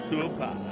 Super